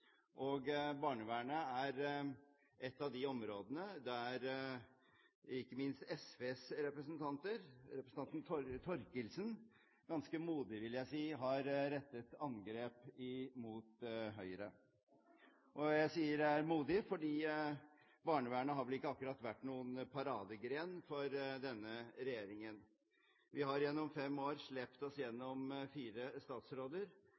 og barnevernet er et av de områdene der ikke minst SVs representanter – representanten Thorkildsen, ganske modig, vil jeg si – har rettet angrep mot Høyre. Jeg sier det er modig, for barnevernet har vel ikke akkurat vært noen paradegren for denne regjeringen. Vi har gjennom fem år slept oss gjennom fire statsråder